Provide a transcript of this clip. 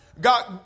God